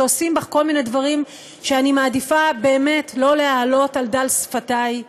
שעושים בך כל מיני דברים שאני מעדיפה באמת לא להעלות על דל שפתי.